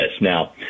now